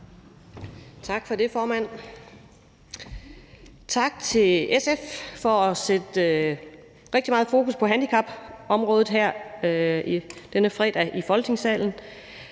Tak for det, formand. Og tak til SF for at sætte rigtig meget fokus på handicapområdet her på denne fredag i Folketingssalen.